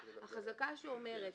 החזקה שאומרת